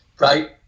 Right